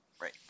Right